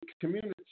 community